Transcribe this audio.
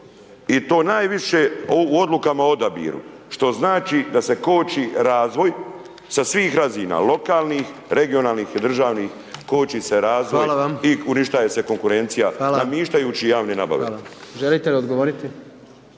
I to najviše u odlukama o odabiru, što znači da se koči razvoj sa svih razina, lokalnih, regionalnih, državnih, koči se razvoj i uništava se konkurencija namještajući javne nabave. **Jandroković,